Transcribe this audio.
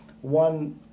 one